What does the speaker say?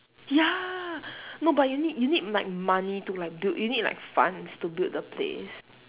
ya no but you need you need like money to like build you need like funds to build the place